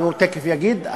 הוא תכף יגיד,